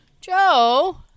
Joe